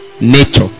nature